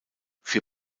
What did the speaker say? für